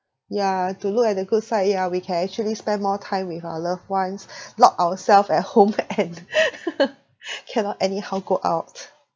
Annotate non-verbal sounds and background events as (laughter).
yeah to look at the good side yeah we can actually spend more time with our loved ones lock ourself at home and (laughs) cannot anyhow go out